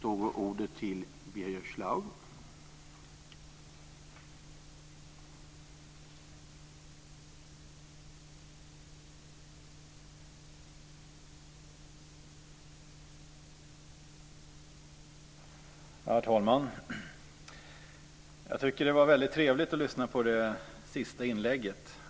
Herr talman! Det var väldigt trevligt att lyssna på det senaste inlägget.